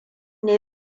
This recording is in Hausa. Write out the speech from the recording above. ne